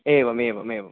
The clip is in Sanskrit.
एवमेवम् एवम्